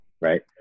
Right